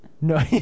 No